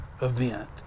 event